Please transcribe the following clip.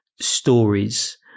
stories